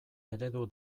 eredu